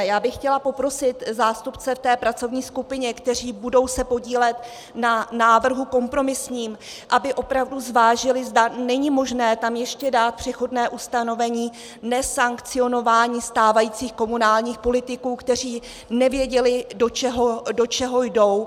Já bych chtěla poprosit zástupce v té pracovní skupině, kteří budou se podílet na návrhu kompromisním, aby opravdu zvážili, zda není možné tam ještě dát přechodné ustanovení nesankcionování stávajících komunálních politiků, kteří nevěděli, do čeho jdou.